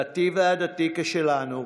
דתי ועדתי כשלנו,